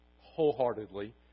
wholeheartedly